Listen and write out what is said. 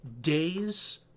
days